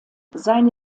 seine